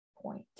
point